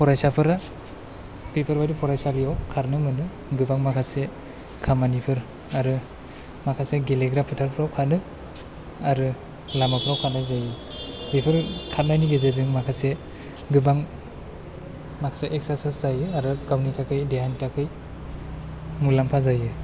फरायसाफोरा बेफोरबादि फरायसालियाव खारनो मोनो गोबां माखासे खामानिफोर आरो माखासे गेलेग्रा फोथारफ्राव खारो आरो लामाफ्राव खारनाय जायो बेफोर खारनायनि गेजेरजों माखासे गोबां माखासे इक्सचारसाइस जायो आरो गावनि थाखाय देहानि थाखाय मुलाम्फा जायो